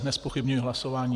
Nezpochybňuji hlasování.